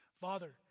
Father